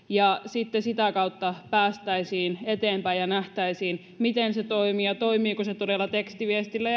ja sitten sitä kautta päästäisiin eteenpäin ja nähtäisiin miten se toimii ja toimiiko se todella tekstiviestillä